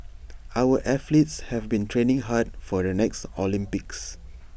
our athletes have been training hard for the next Olympics